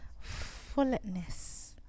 fullness